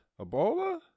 Ebola